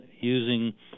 using